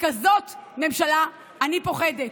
מכזאת ממשלה אני פוחדת.